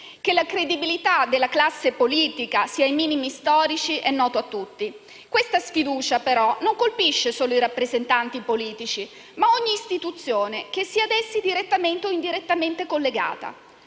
Che la credibilità della classe politica sia ai minimi storici è noto a tutti. Questa sfiducia, però, colpisce non solo i rappresentanti politici, ma ogni istituzione che sia a essi direttamente o indirettamente collegata.